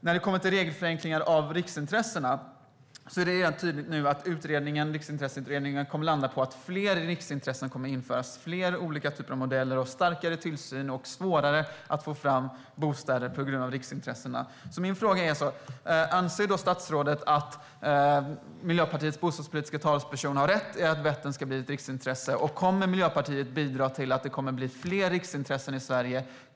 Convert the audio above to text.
När det kommer till regelförenklingar för riksintressena är det nu entydigt att Riksintresseutredningen kommer att landa på att fler riksintressen kommer att införas, att det blir flera olika typer av modeller, starkare tillsyn och svårare att få fram bostäder på grund av riksintressena. Mina frågor är: Anser statsrådet att Miljöpartiets bostadspolitiska talesperson har rätt i att Vättern ska bli ett riksintressen? Och kommer Miljöpartiet att bidra till att det kommer att bli fler riksintressen i Sverige?